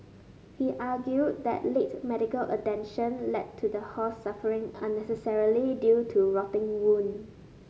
he argued that late medical attention led to the horse suffering unnecessarily due to rotting wound